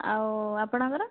ଆଉ ଆପଣଙ୍କର